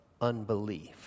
unbelief